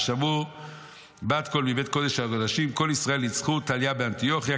"ושמעו בת קול מבית קודש הקודשים: כל ישראל ניצחו טליא באנטוכיא,